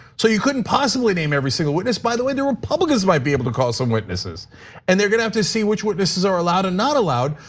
so, you couldn't possibly name every single witness, by the way, the republicans might be able to call some witnesses and they're going to have to see which witnesses are allowed or not allowed.